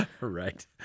Right